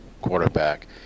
quarterback